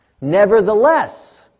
Nevertheless